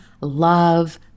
love